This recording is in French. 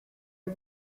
est